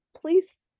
please